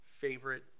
favorite